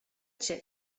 cię